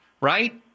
right